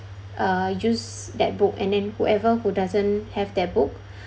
uh use that book and then whoever who doesn't have that book